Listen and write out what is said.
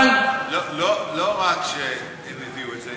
לא רק שהם הביאו את זה,